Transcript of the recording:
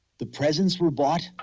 the presents were bought.